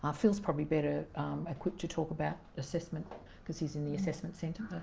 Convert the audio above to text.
um phill is probably better equipped to talk about assessment because he's in the assessment center.